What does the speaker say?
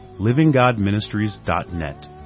livinggodministries.net